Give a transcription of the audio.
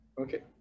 Okay